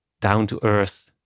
down-to-earth